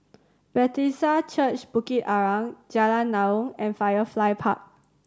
Bethesda Church Bukit Arang Jalan Naung and Firefly Park